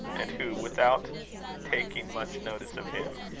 and who, without taking much notice of him,